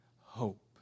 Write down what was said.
hope